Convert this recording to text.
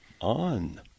on